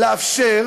לאפשר